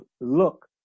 look